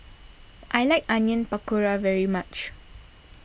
I like Onion Pakora very much